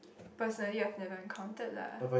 personally I've never encountered lah